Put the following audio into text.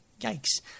Yikes